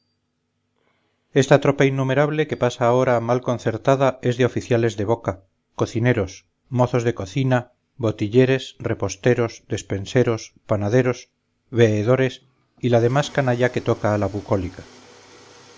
esta tropa inumerable que pasa ahora mal concertada es de oficiales de boca cocineros mozos de cocina botilleres reposteros despenseros panaderos veedores y la demás canalla que toca a la bucólica